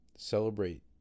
celebrate